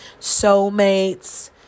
soulmates